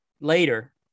later